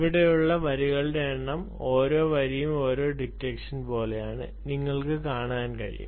ഇവിടെയുള്ള വരികളുടെ എണ്ണം ഓരോ വരിയും ഒരു ഡിറ്റക്ഷൻ പോലെയാണെന്ന് നിങ്ങൾക്ക് കാണാൻ കഴിയും